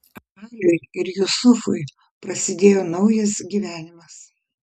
aliui ir jusufui prasidėjo naujas gyvenimas